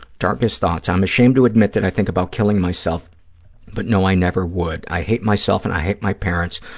darkest thoughts. i'm ashamed to admit that i think about killing myself but know i never would. i hate myself and i hate my parents,